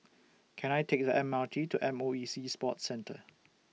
Can I Take The M R T to M O E Sea Sports Centre